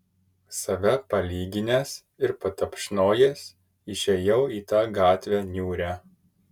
save palyginęs ir patapšnojęs išėjau į tą gatvę niūrią